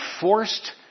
forced